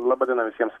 laba diena visiems